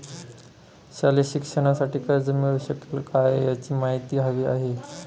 शालेय शिक्षणासाठी कर्ज मिळू शकेल काय? याची माहिती हवी आहे